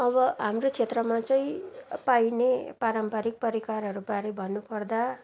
अब हाम्रो क्षेत्रमा चाहिँ पाइने पारम्परिक परिकारहरूबारे भन्नुपर्दा